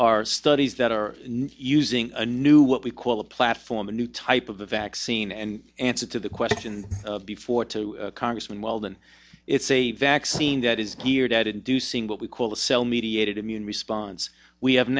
are studies that are using a new what we call a platform a new type of a vaccine and answer to the question before to congressman weldon it's a vaccine that is geared at inducing what we call a cell mediated immune response we have